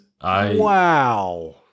Wow